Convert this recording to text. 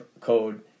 code